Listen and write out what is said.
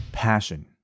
passion